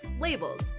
labels